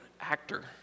actor